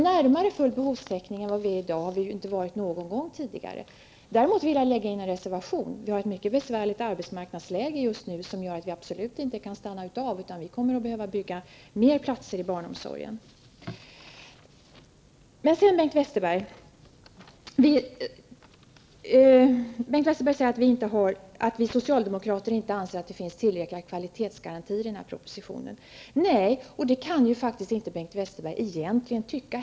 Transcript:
Närmare full behovstäckning än vad vi är i dag har vi inte varit någon gång tidigare. Jag vill däremot göra en reservation för det mycket besvärliga arbetsmarknadsläge som vi just nu har och som gör att vi inte kan stanna upp, utan det kommer att behöva byggas fler barnomsorgsplatser. Bengt Westerberg sade vidare att vi socialdemokrater inte anser att det finns tillräckliga kvalitetsgarantier i den här propositionen. Det kan ju faktiskt inte heller Bengt Westerberg egentligen tycka.